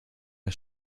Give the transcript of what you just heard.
der